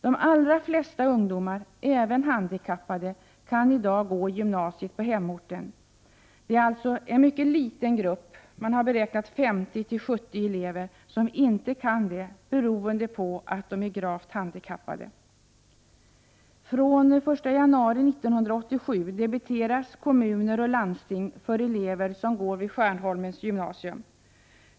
De allra flesta ungdomar, även handikappade, kan i dag gå i gymnasiet på hemorten. Det är alltså en mycket liten grupp, uppskattningsvis 50-70 elever, som inte kan göra det beroende på att de är mycket gravt handikappade. Från den 1 januari 1987 debiteras kommuner och landsting utbildningskostnaden för elever som studerar vid Skärholmens gymnasium.